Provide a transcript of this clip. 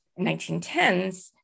1910s